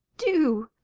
do!